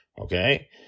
Okay